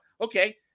okay